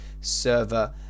server